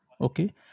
okay